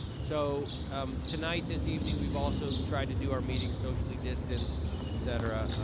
so um tonight, this evening, we've also tried to do our meeting socially distanced, et cetera.